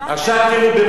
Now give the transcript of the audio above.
עכשיו תראו,